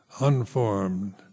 unformed